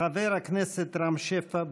חבר הכנסת רם שפע,